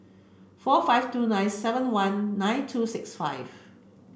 four five two nine seven one nine two six five